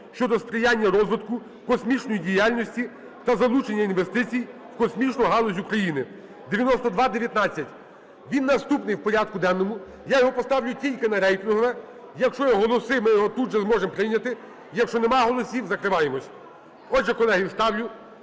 щодо сприяння розвитку космічної діяльності та залучення інвестицій в космічну галузь України (9219). Він наступний в порядку денному, я його поставлю тільки на рейтингове. Якщо є голоси, ми його тут же зможемо прийняти, якщо нема голосів - закриваємося. Отже, колеги, ставлю